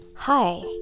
Hi